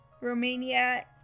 Romania